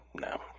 No